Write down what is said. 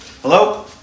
Hello